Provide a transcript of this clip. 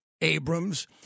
Abrams